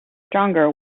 stronger